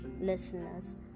listeners